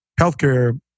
healthcare